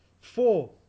Four